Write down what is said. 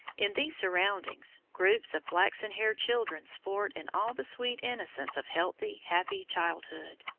in these surroundings, groups of flaxen-haired children sport in all the sweet innocence of healthy, happy childhood.